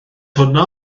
hwnna